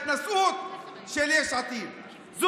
הדרך שלנו היא להיאבק נגד הפשיסטים ולעשות הכול בשביל להפיל את הממשלה.